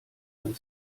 ein